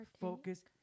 focus